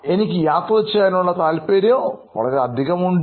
എനിക്ക് യാത്ര ചെയ്യാനുള്ള അധികം താല്പര്യം ഉണ്ട്